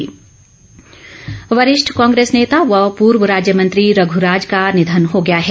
निधन वरिष्ठ कांग्रेस नेता व पूर्व राज्य मंत्री रघुराज का निधन हो गया है